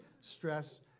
stress